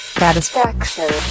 satisfaction